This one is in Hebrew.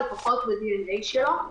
זה פחות ב-DNA שלו.